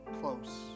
close